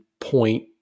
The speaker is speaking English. point